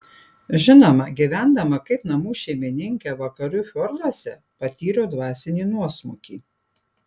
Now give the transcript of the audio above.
žinoma gyvendama kaip namų šeimininkė vakarų fjorduose patyriau dvasinį nuosmukį